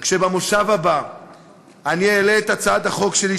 כשבמושב הבא אני אעלה את הצעת החוק שלי,